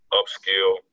upskill